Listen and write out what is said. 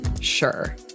Sure